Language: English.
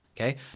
okay